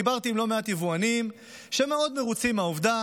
דיברתי עם לא מעט יבואנים שמאוד מרוצים מהעובדה